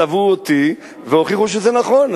תבעו אותי והוכיחו שזה נכון,